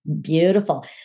Beautiful